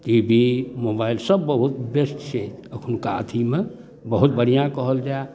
T V mobile सब बहुत best छै एखुनका एथीमे बहुत बढ़िआँ कहल जाइ